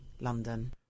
London